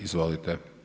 Izvolite.